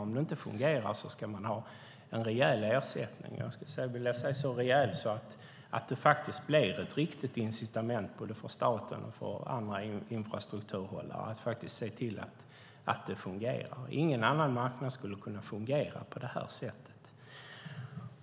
Om det inte fungerar ska man ha en rejäl ersättning. Jag skulle vilja säga att den ska vara så rejäl att det blir ett riktigt incitament både för staten och för andra infrastrukturhållare att faktiskt se till att det fungerar. Ingen annan marknad skulle kunna fungera på det här sättet.